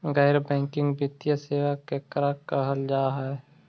गैर बैंकिंग वित्तीय सेबा केकरा कहल जा है?